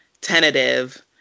tentative